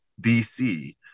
DC